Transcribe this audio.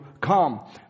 come